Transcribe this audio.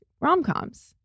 rom-coms